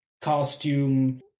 costume